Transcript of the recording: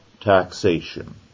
taxation